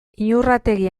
iñurrategi